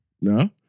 No